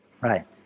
Right